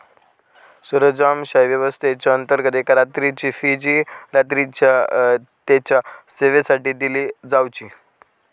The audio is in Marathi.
सरंजामशाही व्यवस्थेच्याअंतर्गत एका रात्रीची फी जी रात्रीच्या तेच्या सेवेसाठी दिली जावची